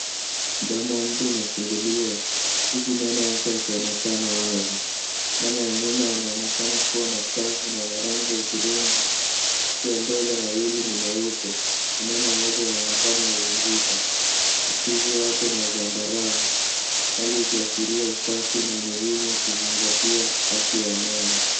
Mdomo wa mtu umefunguliwa huku meno yake yakionekana wazi. Meno ya nyuma yanaonekana kuwa machafu na ya rangi ya hudhurungi huku ya mbele mawili ni meupe, na meno moja inaonekana imevunjika. Ufizi wake ni wa zambarau, hali ikiashiria usafi na umuhimu wa kuzingatia afya ya meno.